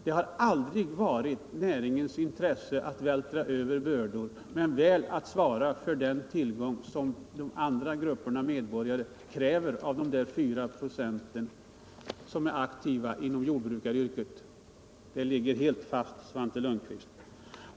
Det har aldrig varit jordbruksnäringens intresse att vältra över bördor men väl att svara för den tillgång som andra grupper av medborgare kräver av de 4-5 926 av befolkningen som är aktiva inom jordbruksyrket. Den politiken ligger helt fast, Svante Lundkvist.